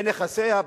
בנכסיה?